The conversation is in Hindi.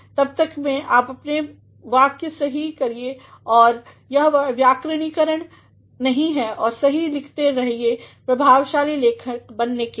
तब तक अपने वाक्य सही करते रहिए अगर वह व्याकरणिक नहीं हैं और सही लिखते रहिए प्रभावशाली लेखन बनने के लिए